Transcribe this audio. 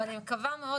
ואני מקווה מאוד,